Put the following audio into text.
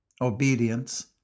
obedience